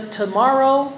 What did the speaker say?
tomorrow